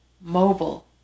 mobile